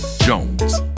Jones